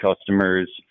customers